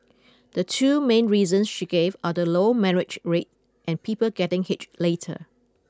the two main reasons she gave are the low marriage rate and people getting hitch later